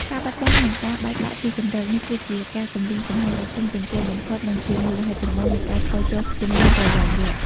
ការបាត់បង់ និងការបែកបាក់ទីជម្រក នេះគឺជាការគំរាមកំហែងដ៏ធំជាងគេបំផុត និងជាមូលហេតុចម្បងនៃការថយចុះចំនួនត្រយងយក្ស។